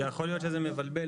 יכול להיות שזה מבלבל.